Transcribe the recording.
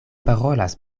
parolas